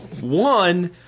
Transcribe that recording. One